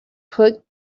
put